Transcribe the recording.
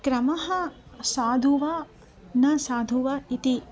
क्रमः साधु वा न साधु वा इति